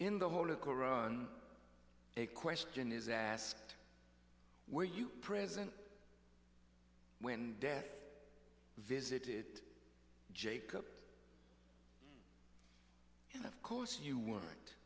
in the holy koran a question is asked where you present when death visited jacob and of course you weren't